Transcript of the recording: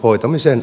toistan